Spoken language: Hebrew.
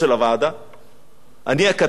אני הכתב שמסדר את סדרי הוועדה?